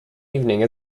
evening